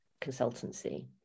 consultancy